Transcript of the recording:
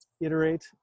iterate